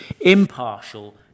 impartial